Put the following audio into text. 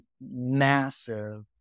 massive